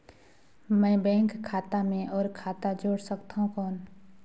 मैं बैंक खाता मे और खाता जोड़ सकथव कौन?